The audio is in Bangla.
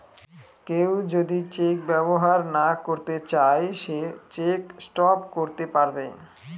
কেউ যদি চেক ব্যবহার না করতে চাই সে চেক স্টপ করতে পারবে